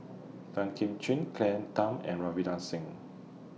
Tan Kim Ching Claire Tham and Ravinder Singh